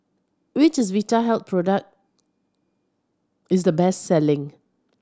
which Vitahealth product is the best selling